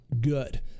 good